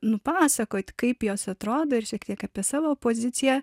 nupasakot kaip jos atrodo ir šiek tiek apie savo poziciją